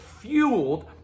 fueled